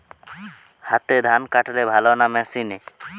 হাতে ধান কাটলে ভালো না মেশিনে?